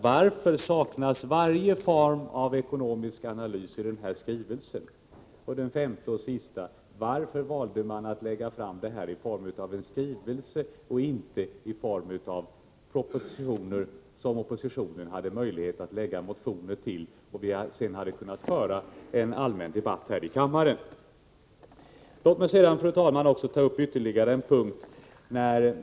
Varför saknas varje form av ekonomisk analys i denna skrivelse? Varför valde man att lägga fram denna i form av en skrivelse och inte i form av proposition, som oppositionen hade haft möjlighet att väcka motioner till och som vi sedan hade kunnat föra en allmän debatt om här i kammaren? Låt mig sedan, fru talman, ta upp ytterligare en punkt.